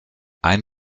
ein